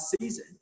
season